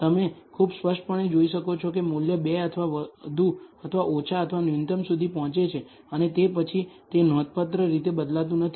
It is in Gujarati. તમે ખૂબ સ્પષ્ટપણે જોઈ શકો છો કે મૂલ્ય 2 અથવા વધુ અથવા ઓછા અથવા ન્યૂનતમ સુધી પહોંચે છે અને તે પછી તે નોંધપાત્ર રીતે બદલાતું નથી